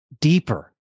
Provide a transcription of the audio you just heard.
deeper